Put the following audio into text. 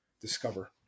discover